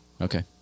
Okay